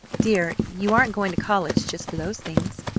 dear, you aren't going to college just for those things.